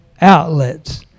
outlets